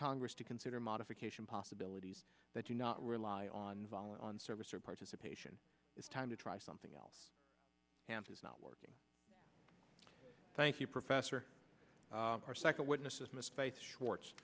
congress to consider modification possibilities that you not rely on valon service or participation is time to try something else and it's not working thank you professor our second witness is myspace schwartz